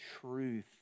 truth